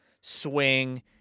swing